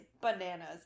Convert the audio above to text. bananas